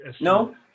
No